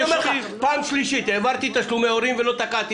אני אומר לך פעם שלישית: העברתי תשלומי הורים ולא תקעתי